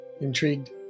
Intrigued